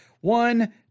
One